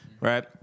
Right